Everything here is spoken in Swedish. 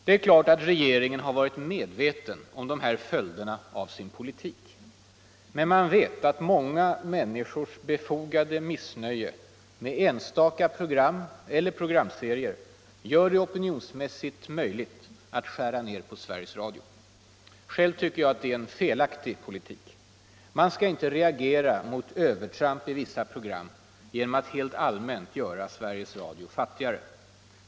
Det är klart att regeringen har varit medveten om de här följderna av sin politik. Men man vet att många människors befogade missnöje med enstaka program eller programserier gör det opinionsmässigt möjligt att skära ned på Sveriges Radio. Själv tycker jag att det är en felaktig politik. Man skall inte reagera mot övertramp i vissa program genom att helt allmänt göra Sveriges Radio fattigare.